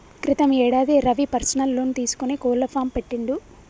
క్రితం యేడాది Ravi personal loan తీసుకొని కోళ్ల ఫాం పెట్టిండు